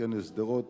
בכנס שדרות.